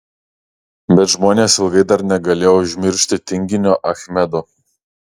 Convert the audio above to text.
bet žmonės ilgai dar negalėjo užmiršti tinginio achmedo